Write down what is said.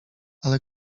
ale